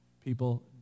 People